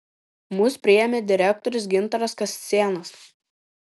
mus priėmė direktorius gintaras kascėnas